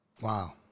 Wow